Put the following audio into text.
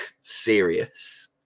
serious